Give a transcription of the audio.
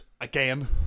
again